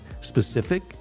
Specific